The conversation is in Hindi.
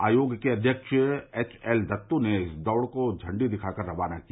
आयोग के अध्यक्ष एच एल दत्तू ने इस दौड़ को झंडी दिखाकर रवाना किया